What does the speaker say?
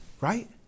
Right